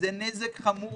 זה נזק חמור